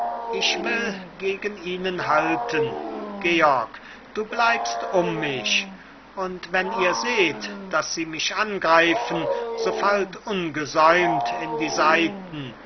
ich will gegen ihnen halten georg du bleibst um mich und wenn ihr seht daß sie mich angreifen so fallt ungesäumt in die seiten